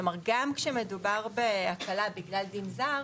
כלומר, גם כשמדובר בהקלה בגלל הדין הזר